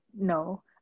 No